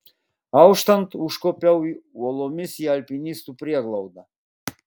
auštant užkopiau uolomis į alpinistų prieglaudą